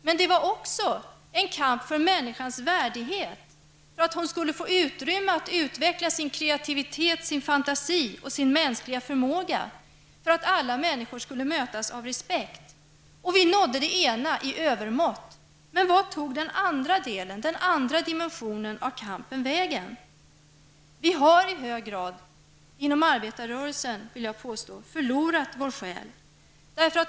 Men det var också en kamp för människans värdighet, för att hon skulle få utrymme att utveckla sin kreativitet, sin fantasi och sin mänskliga förmåga, samt för att alla människor skulle mötas av respekt. Vi nådde det ena i övermått. Men vart tog den andra dimensionen av kampen vägen? Jag vill påstå att vi inom arbetarrörelsen i hög grad har förlorat vår själ.